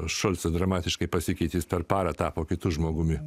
šolcas dramatiškai pasikeitė jis per parą tapo kitu žmogumi